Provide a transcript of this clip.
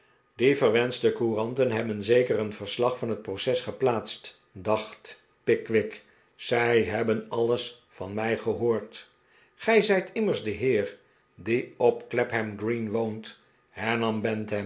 die ver wens elite couranten hebben zeker een verslag van het proces geplaatst dacht pickwick zij hebben alles van mij gehoord gij zijt immers die heer die op clapham green woont hernam bantam